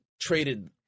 traded